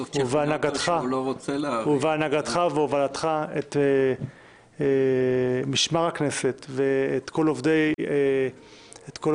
על הנהגתך והובלתך את משמר הכנסת ואת כל עובדי הביטחון,